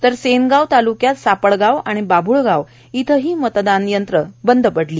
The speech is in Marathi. तर सेनगाव ताल्क्यात सापडगाव आणि बाभूळगाव इथंही मतदान यंत्रही बंद पडली